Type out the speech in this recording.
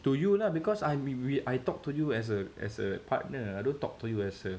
to you lah because I w~ w~ I talk to you as a as a partner I don't talk to you as a